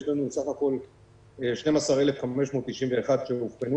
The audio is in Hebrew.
יש לנו בסף הכול 12,591 שאובחנו,